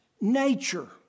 nature